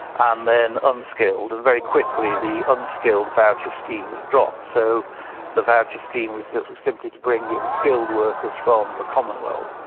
um then unskilled. and very quickly the unskilled voucher scheme was dropped. so the voucher scheme was simply to bring in skilled workers from the commonwealth.